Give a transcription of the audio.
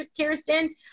Kirsten